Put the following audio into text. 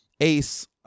ACE